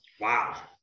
Wow